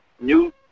new